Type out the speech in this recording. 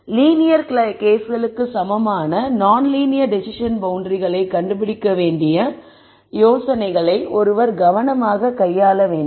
linear கேஸ்களுக்கு சமமான non linear decision பவுண்டரிகளை கண்டுபிடிக்க வேண்டிய யோசனைகளை ஒருவர் கவனமாக கையாள வேண்டும்